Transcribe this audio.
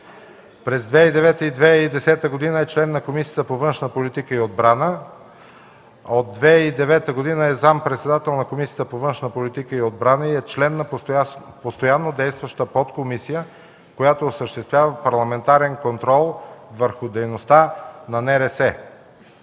През 2009 г. и 2010 г. е член на Комисията по външна политика и отбрана. От 2009 г. е заместник-председател на Комисията по външна политика и отбрана и член на постоянно действаща подкомисия, която осъществява парламентарен контрол върху дейността на